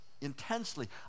Intensely